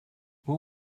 what